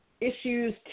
issues